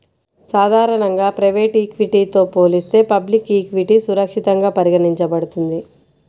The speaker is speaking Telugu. సాధారణంగా ప్రైవేట్ ఈక్విటీతో పోలిస్తే పబ్లిక్ ఈక్విటీ సురక్షితంగా పరిగణించబడుతుంది